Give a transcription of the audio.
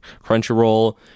Crunchyroll